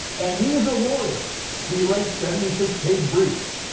and he's a lawyer, he writes seventy six page briefs,